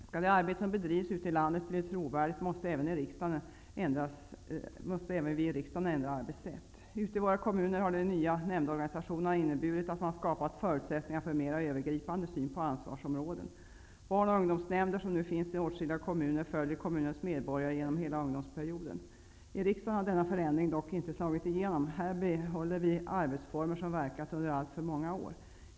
Skall det arbete som bedrivs ute landet bli trovärdigt måste även vi i riksdagen ändra arbetssätt. Ute i våra kommuner har den nya nämndorganisationen inneburit att man skapat förutsättningar för en mera övergripande syn på ansvarsområden. Barn och ungdomsnämnder som nu finns i åtskilliga kommuner följer kommunens medborgare genom hela ungdomsperioden. I riksdagen har denna förändring dock inte slagit igenom. Här behåller vi arbetsformer som verkat under alltför många år.